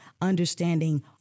understanding